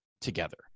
together